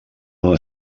una